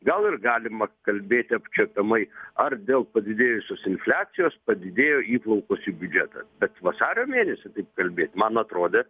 gal ir galima kalbėti apčiuopiamai ar dėl padidėjusios infliacijos padidėjo įplaukos į biudžetą bet vasario mėnesį taip kalbėt man atrodė